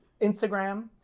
Instagram